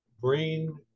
brain